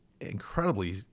incredibly